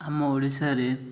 ଆମ ଓଡ଼ିଶାରେ